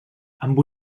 amb